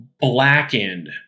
blackened